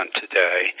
today